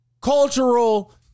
cultural